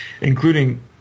Including